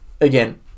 again